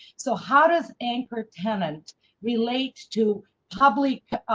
so, how does anchor tenant relate to probably,